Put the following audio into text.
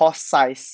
horse size